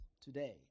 today